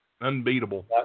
Unbeatable